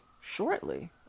shortly